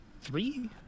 three